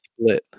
split